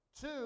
Two